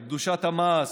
את קדושת המעש,